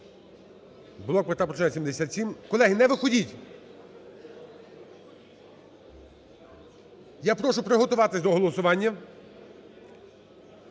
"Блок Петра Порошенка" – 77… Колеги, не виходіть. Я прошу приготуватись до голосування.